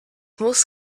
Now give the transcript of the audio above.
muss